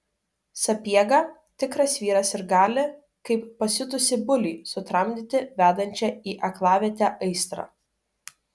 sapiega tikras vyras ir gali kaip pasiutusį bulių sutramdyti vedančią į aklavietę aistrą